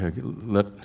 Let